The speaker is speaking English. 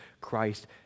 Christ